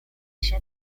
się